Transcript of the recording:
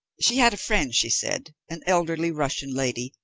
she had a friend, she said, an elderly russian lady,